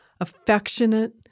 affectionate